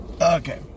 Okay